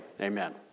Amen